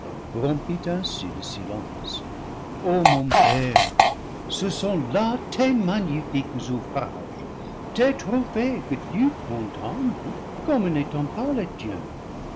ainsi le silence o mon père ce sont là tes magnifiques ouvrages tes tro phées que tu contemples comme n'étant pas les tiens